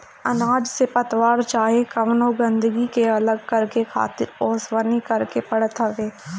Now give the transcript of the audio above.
अनाज से पतवार चाहे कवनो गंदगी के अलग करके खातिर ओसवनी करे के पड़त हवे